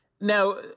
Now